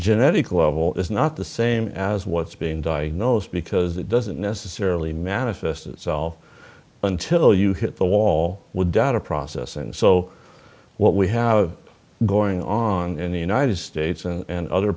genetic level is not the same as what's being diagnosed because it doesn't necessarily manifest itself until you hit the wall without a process and so what we have going on in the united states and other